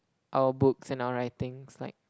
our books and our writings like